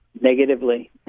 Negatively